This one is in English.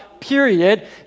period